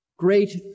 great